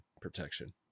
protection